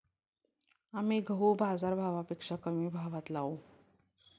आम्ही गहू बाजारभावापेक्षा कमी भावात लावू